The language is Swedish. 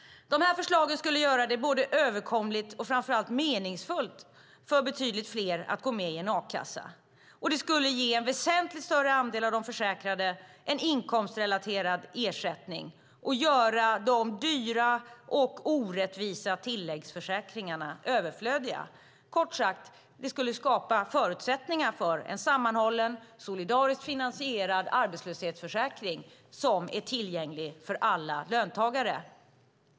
De här förslagen skulle göra det både överkomligt och framför allt meningsfullt för betydligt fler att gå med i en a-kassa. Och det skulle ge en väsentligt större andel av de försäkrade en inkomstrelaterad ersättning och göra de dyra och orättvisa tilläggsförsäkringarna överflödiga. Kort sagt: Det skulle skapa förutsättningar för en sammanhållen och solidariskt finansierad arbetslöshetsförsäkring som är tillgänglig för alla löntagare.